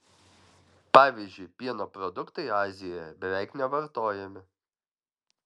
pavyzdžiui pieno produktai azijoje beveik nevartojami